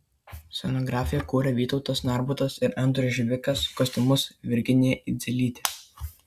scenografiją kūrė vytautas narbutas ir andrius žibikas kostiumus virginija idzelytė